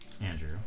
andrew